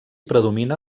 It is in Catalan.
predomina